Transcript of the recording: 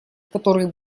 который